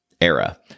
era